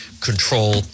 control